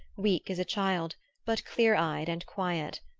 weak as a child but clear-eyed and quiet.